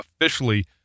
officially